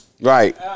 Right